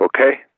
Okay